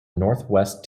northwest